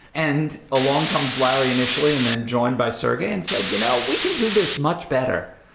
and along comes larry initially and then joined by sergey and said, you know we can do this much better.